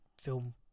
Film